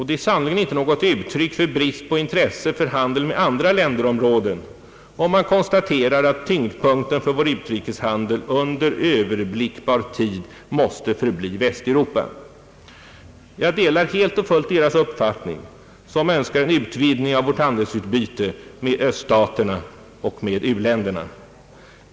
Det är i sanning inte något uttryck för brist på intresse för handeln med andra länderområden, om man konstaterar att tyngdpunkten för vår utrikeshandel under Ööverblickbar tid måste förbli Västeuropa. Jag delar helt och fullt deras uppfattning som önskar en utvidgning av vårt handelsutbyte med öststaterna och med u-länderna.